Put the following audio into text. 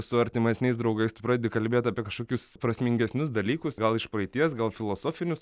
su artimesniais draugais tu pradedi kalbėti apie kažkokius prasmingesnius dalykus gal iš praeities gal filosofinius